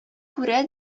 күрә